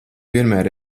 vienmēr